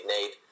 need